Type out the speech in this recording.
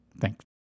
Thanks